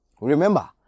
Remember